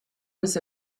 was